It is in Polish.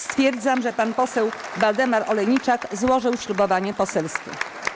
Stwierdzam, że pan poseł Waldemar Olejniczak złożył ślubowanie poselskie.